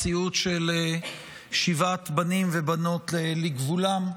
מציאות של שיבת בנים ובנות לגבולם,